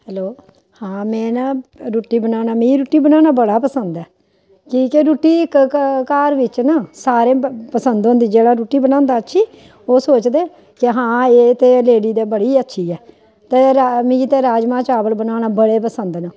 hello हां में ना रुट्टी बनाना मी रुट्टी बनाना बड़ा पसंद ऐ की के रुट्टी इक घ घर बिच्च ना सारें पसंद होंदी जेह्ड़ा रुट्टी बनांदा अच्छी ओह् सोचदे के हां एह् ते लेडी ते बड़ी अच्छी ऐ ते मिगी ते राजमांह् चावल बनाना बड़े पसंद न